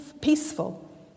peaceful